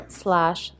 slash